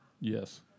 Yes